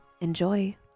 Enjoy